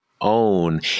own